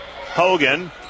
Hogan